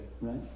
Right